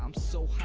um so